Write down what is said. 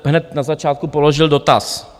Hned na začátku jste položil dotaz.